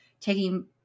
taking